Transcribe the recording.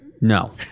No